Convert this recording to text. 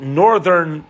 northern